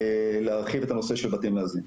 להרחיב את הנושאים של בתים מאזנים.